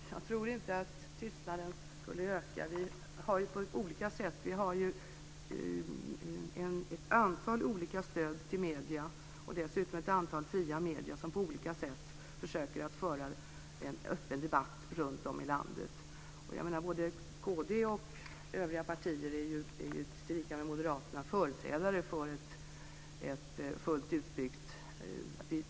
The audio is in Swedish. Herr talman! Jag tror inte att tystnaden skulle sprida sig. Det finns ett antal olika stöd som går till medierna. Det finns dessutom ett antal fria medier som på olika sätt försöker föra en öppen debatt runtom i landet. Både kd och andra partier är ju, på samma sätt som Moderaterna, förespråkare för ett fullt utbyggt datasystem.